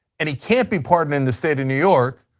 and he can't be pardoned in the state of new york,